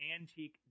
antique